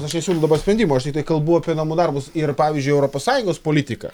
aš nesiūlau dabar sprendimų aš tiktai kalbu apie namų darbus ir pavyzdžiui europos sąjungos politiką